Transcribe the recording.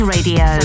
Radio